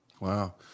Wow